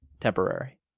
temporary